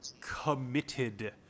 committed